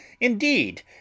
indeed